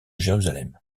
jérusalem